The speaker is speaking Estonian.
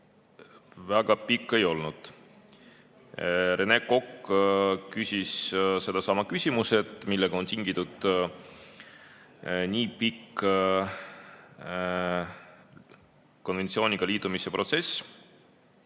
väga pikk ei olnud. Rene Kokk küsis sellesama küsimuse, millest on tingitud nii pikk konventsiooniga liitumise protsess,